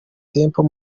temple